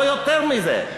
לא יותר מזה.